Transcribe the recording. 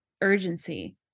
urgency